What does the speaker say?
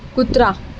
कुत्रा